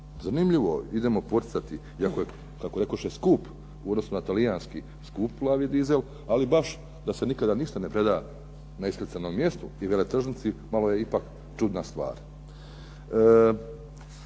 Zanimljivo, idemo poticati iako je kako rekoše skup u odnosu na talijanski skup plavi dizel, ali baš da se nikada ništa ne preda na iskrcajnom mjestu i veletržnici, malo je ipak čudna stvar.